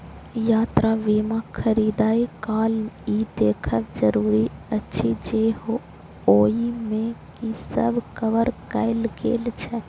यात्रा बीमा खरीदै काल ई देखब जरूरी अछि जे ओइ मे की सब कवर कैल गेल छै